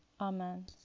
Amen